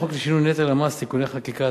החוק לשינוי נטל המס (תיקוני חקיקה),